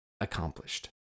accomplished